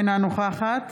אינה נוכחת